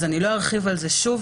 אז אני לא ארחיב על זה שוב,